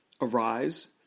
Arise